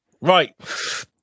right